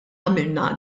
għamilna